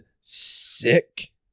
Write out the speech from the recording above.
sick